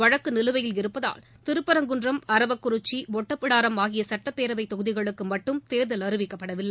வழக்கு நிலுவையில் இருப்பதால் திருப்பரங்குமன்றம் அரவக்குறிச்சி ஒட்டபிடாரம் ஆகிய சட்டப்பேரவைத் தொகுதிகளுக்கு மட்டும் தேர்தல் அறிவிக்கப்படவில்லை